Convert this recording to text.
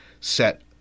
set